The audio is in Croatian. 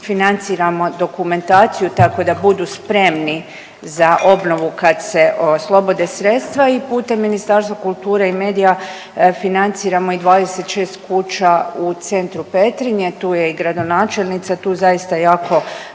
financiramo dokumentaciju tako da budu spremni za obnovu kad se oslobode sredstva. I putem Ministarstva kulture i medija financiramo i 26 kuća u centru Petrinje, tu je i gradonačelnica, tu zaista jako